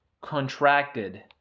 contracted